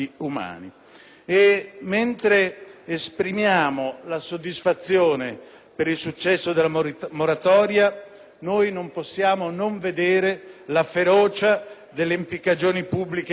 e mentre esprimiamo la soddisfazione per il successo della moratoria, non possiamo non vedere la ferocia delle impiccagioni pubbliche in Iran,